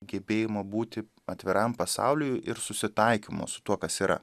gebėjimo būti atviram pasauliui ir susitaikymo su tuo kas yra